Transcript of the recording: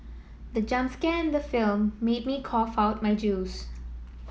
the jump scare in the film made me cough out my juice